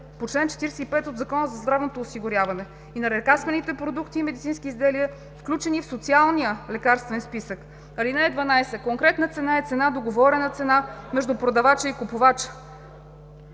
по чл. 45 от Закона за здравното осигуряване и на лекарствените продукти и медицински изделия включени в Социалния лекарствен списък. (12) Конкретна цена е цена договорената цена между продавача и купувача.